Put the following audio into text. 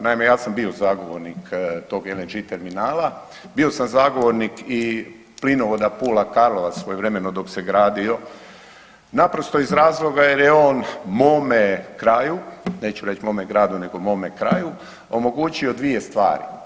Naime, ja sam bio zagovornik tog LNG terminala, bio sam zagovornik plinovoda Pula – Karlovac svojevremeno dok se gradio naprosto iz razloga jer je on mome kraju, neću reći mome gradu, nego mome kraju omogućio dvije stvari.